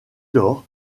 lors